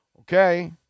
Okay